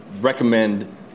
recommend